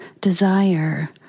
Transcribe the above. desire